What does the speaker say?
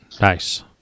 nice